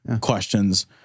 questions